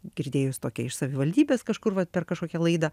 girdėjus tokią iš savivaldybės kažkur vat per kažkokią laidą